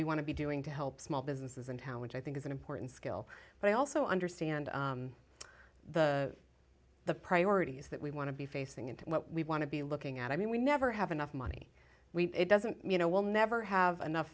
we want to be doing to help small businesses in town which i think is an important skill but i also understand the the priorities that we want to be facing and what we want to be looking at i mean we never have enough money it doesn't you know we'll never have enough